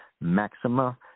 Maxima